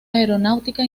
aeronáutica